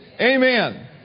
Amen